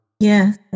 Yes